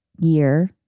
year